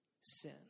sin